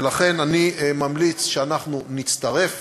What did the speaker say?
ולכן אני ממליץ שאנחנו נצטרף